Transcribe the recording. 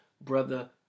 Brother